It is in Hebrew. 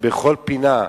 בכל פינה,